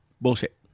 bullshit